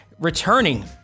returning